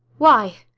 why